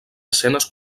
escenes